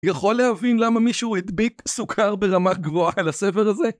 יכול להבין למה מישהו הדביק סוכר ברמה גבוהה על הספר הזה?